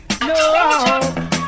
no